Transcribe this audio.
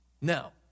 Now